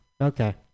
Okay